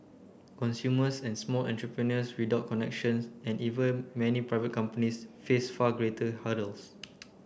consumers and small entrepreneurs without connections and even many private companies face far greater hurdles